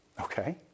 Okay